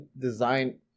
design